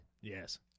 Yes